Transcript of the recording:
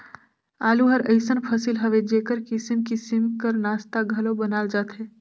आलू हर अइसन फसिल हवे जेकर किसिम किसिम कर नास्ता घलो बनाल जाथे